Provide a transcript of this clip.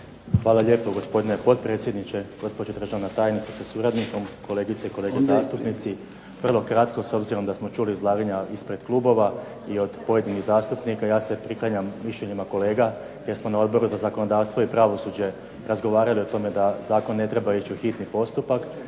Hvala lijepo, gospodine potpredsjedniče. Gospođo državna tajnice sa suradnikom. Kolegice i kolege zastupnici. Vrlo kratko, s obzirom da smo čuli izlaganja ispred klubova i od pojedinih zastupnika. Ja se priklanjam mišljenjima kolega jer smo na Odboru za zakonodavstvo i pravosuđe razgovarali o tome da zakon ne treba ići u hitni postupak